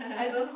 I don't know